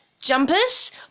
jumpers